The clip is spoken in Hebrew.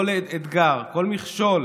כל אתגר, כל מכשול